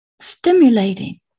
Stimulating